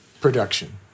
production